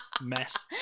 mess